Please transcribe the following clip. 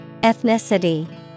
Ethnicity